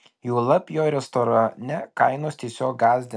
juolab jo restorane kainos tiesiog gąsdina